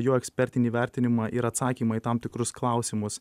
jo ekspertinį vertinimą ir atsakymą į tam tikrus klausimus